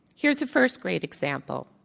here's a first grade example.